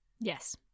Yes